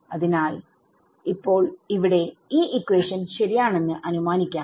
അതിനാൽ ഇപ്പോൾ ഇവിടെ ഈ ഇക്വേഷൻ ശരിയാണെന്നു അനുമാനിക്കാം